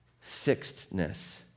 fixedness